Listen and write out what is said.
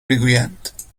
میگویند